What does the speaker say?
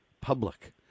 public